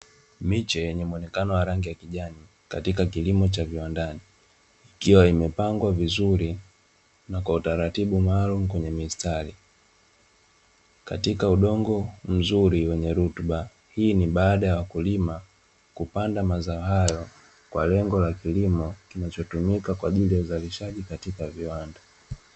Miche yenye muonekano wa rangi ya kijani katika kilimo cha viwandani, ikiwa imepangwa vizuri na kwa utaratibu maalumu kwenye mistari katika udongo mzuri wenye rutuba, hii ni baada ya wakulima kupanda mazao hayo kwa ajili ya kilimo kinachotumika kwa lengo la uzalishaji katika viwanda.